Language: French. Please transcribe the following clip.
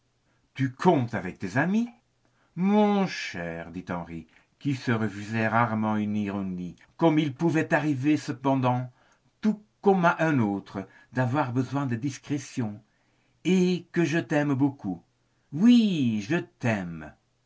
tu comptes avec tes amis mon cher dit henri qui se refusait rarement une ironie comme il pourrait t'arriver cependant tout comme à un autre d'avoir besoin de discrétion et que je t'aime beaucoup oui je t'aime